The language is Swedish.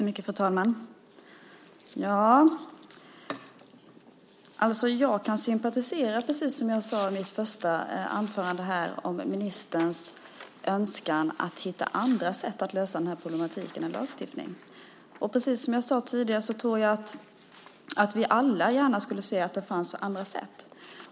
Fru talman! Jag kan sympatisera, precis som jag sade i mitt första inlägg, med ministerns önskan att hitta andra sätt än lagstiftning för att lösa den här problematiken. Som jag också sade tidigare tror jag att vi alla gärna skulle se att det fanns andra sätt.